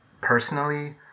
personally